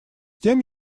тем